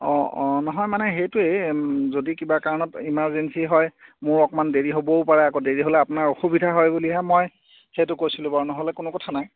অঁ অঁ নহয় মানে সেইটোৱেই যদি কিবা কাৰণত ইমাৰ্জেঞ্চি হয় মোৰ অকণমান দেৰি হ'বও পাৰে আকৌ দেৰি হ'লে আপোনাৰ অসুবিধা হয় বুলিহে মই সেইটো কৈছিলোঁ বাৰু নহ'লে কোনো কথা নাই